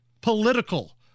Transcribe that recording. political